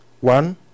One